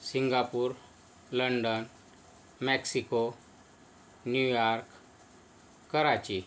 Singapore London Mexico New York Karachi